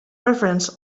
reference